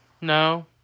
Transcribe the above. No